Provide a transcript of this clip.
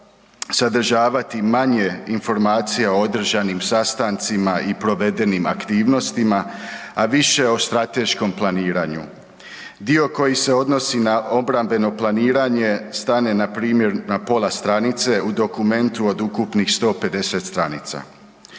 sadržavati manje informacija o održanim sastancima i provedenim aktivnostima, a više o strateškom planiranju. Dio koji se odnosi na obrambeno planiranje stane npr. na pola stranice, u dokumentu od ukupnih 150 stranica.